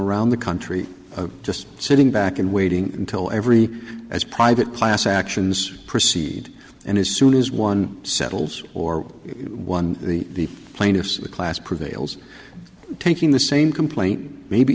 around the country just sitting back and waiting until every as private class actions proceed and as soon as one settles or one the plaintiffs in the class prevails taking the same complaint maybe